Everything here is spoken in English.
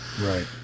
Right